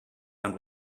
and